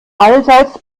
allseits